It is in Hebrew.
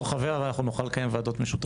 לא חבר, אבל אנחנו נוכל לקיים ועדות משותפות.